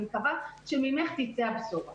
אני מקווה שממך תצא הבשורה.